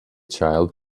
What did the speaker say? child